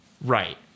Right